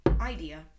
idea